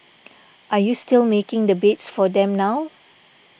are you still making the beds for them now